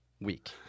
week